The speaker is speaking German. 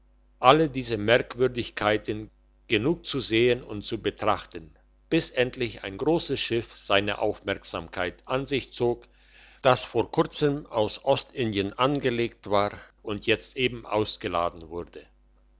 alle diese merkwürdigkeiten genug zu sehen und zu betrachten bis endlich ein grosses schiff seine aufmerksamkeit an sich zog das vor kurzem aus ostindien angelangt war und jetzt eben ausgeladen wurde